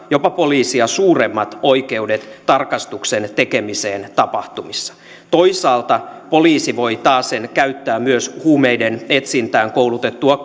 jopa poliisia suuremmat oikeudet tarkastuksen tekemiseen tapahtumissa toisaalta poliisi voi taasen käyttää myös huumeiden etsintään koulutettua